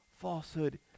falsehood